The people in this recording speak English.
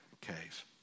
cave